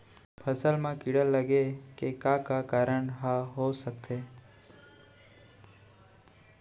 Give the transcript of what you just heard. फसल म कीड़ा लगे के का का कारण ह हो सकथे?